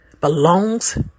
belongs